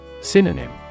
Synonym